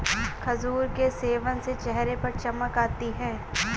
खजूर के सेवन से चेहरे पर चमक आती है